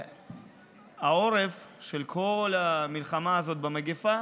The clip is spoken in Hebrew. העורף של כל המלחמה הזאת במגפה